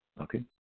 Okay